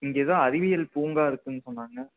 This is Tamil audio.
இங்கே ஏதோ அறிவியல் பூங்கா இருக்குதுன்னு சொன்னாங்க